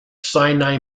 sinai